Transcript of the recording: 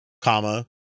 comma